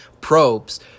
probes